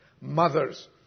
Mothers